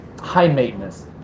high-maintenance